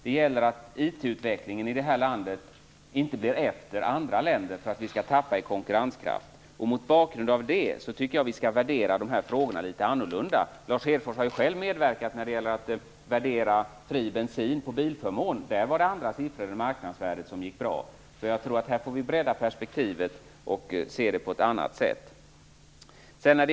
Det gäller att IT-utvecklingen i det här landet inte blir efter andra länder så att vi tappar i konkurrenskraft. Mot bakgrund av det tycker jag att vi skall värdera de här frågorna litet annorlunda. Lars Hedfors har ju själv medverkat till att värdera fri bensin på bilförmån. Där gick det bra med andra siffror än marknadsvärdet. Jag tror att vi får bredda perspektivet här och se det på ett annat sätt.